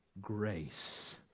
grace